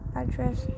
address